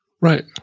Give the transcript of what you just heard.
right